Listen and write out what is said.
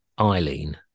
Eileen